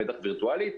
בטח וירטואלית.